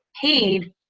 paid